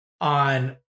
on